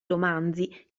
romanzi